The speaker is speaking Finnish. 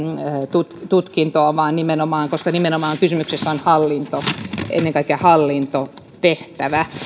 tutkintoon koska nimenomaan kysymyksessä on ennen kaikkea hallintotehtävä